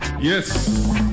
yes